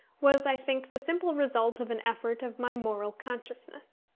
was, i think, the simple result of an effort of my moral consciousness.